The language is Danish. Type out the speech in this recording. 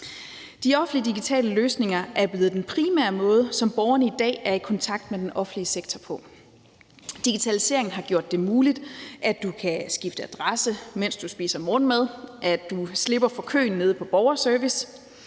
De offentlige digitale løsninger er blevet den primære måde, som borgerne i dag er i kontakt med den offentlige sektor på. Digitaliseringen har gjort det muligt, at du kan skifte adresse, mens du spiser morgenmad, at du slipper for køen nede på Borgerservice,